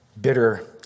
Bitter